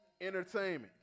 entertainment